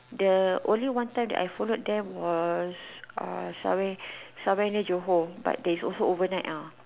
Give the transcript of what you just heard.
the only one time I followed them was uh somewhere somewhere near Johor but there is also over night ah